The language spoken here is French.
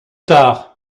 tard